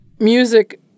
Music